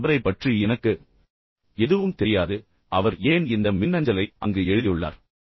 இந்த நபரைப் பற்றி எனக்கு எதுவும் தெரியாது அவர் ஏன் இந்த மின்னஞ்சலை அங்கு எழுதியுள்ளார்